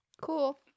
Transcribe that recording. cool